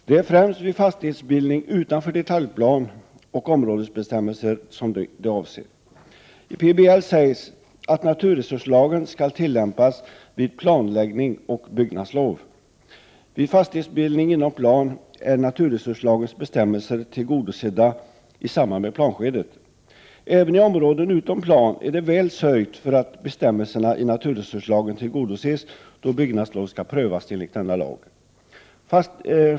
Det är främst fastighetsbildning utanför detaljplan och områdesbestämmelser de avser. I PBL sägs att naturresurslagen skall tillämpas vid planläggning och byggnadslov. Vid fastighetsbildning inom plan är naturresurslagens bestämmelser tillgodosedda i samband med planskedet. Även i områden utom plan är det väl sörjt för att bestämmelserna i naturresurslagen tillgodoses, då bygglov skall prövas enligt denna lag.